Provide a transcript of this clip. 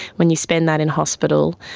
when you spend that in hospital,